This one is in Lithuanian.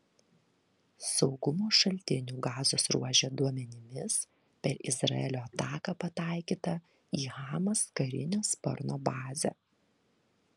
saugumo šaltinių gazos ruože duomenimis per izraelio ataką pataikyta į hamas karinio sparno bazę